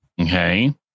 okay